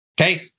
Okay